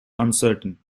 uncertain